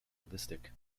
realistic